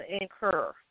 incur